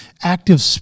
active